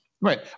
Right